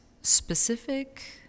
specific